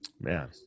Man